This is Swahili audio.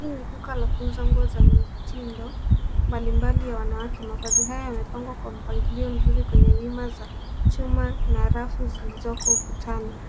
Hii ni duka la kuuza nguo za mitindo mbalimbali ya wanawake. Mavazi haya yamepangwa kwa mpangilio mzuri kwenye wima za chuma na rafu zilizoko ukutani.